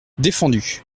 défendu